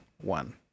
one